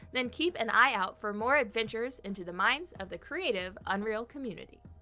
then keep an eye out for more adventures into the minds of the creative unreal community.